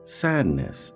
sadness